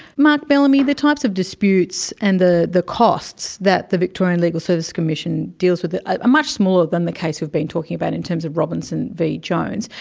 mark bellamy, the types of disputes and the the costs that the victorian legal services commission deals with are ah much smaller than the case we've been talking about in terms of robinson v jones.